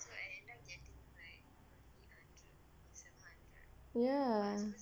ya